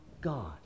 god